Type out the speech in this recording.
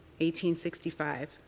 1865